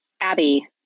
Abby